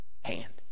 hand